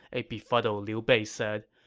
a befuddled liu bei said.